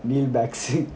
neil max